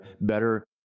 better